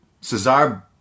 Cesar